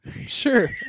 Sure